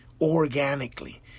organically